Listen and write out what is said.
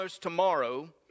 tomorrow